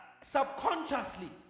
subconsciously